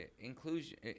inclusion